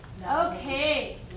Okay